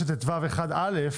ב-39טו1(א),